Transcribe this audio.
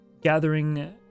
gathering